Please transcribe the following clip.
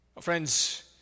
Friends